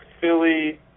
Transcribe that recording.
Philly